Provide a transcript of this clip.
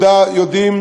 יודע,